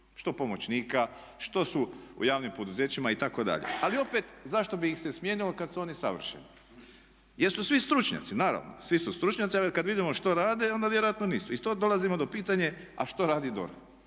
Što pomoćnika, što su u javnim poduzećima itd. Ali opet, zašto bi ih se smijenilo kad su oni savršeni? Jer su svi stručnjaci, naravno, ali kad vidimo što rade onda vjerojatno nisu. I dolazimo do pitanja a što radi DORH?